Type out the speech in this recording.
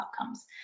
outcomes